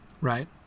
right